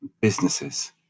businesses